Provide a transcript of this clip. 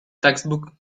textbook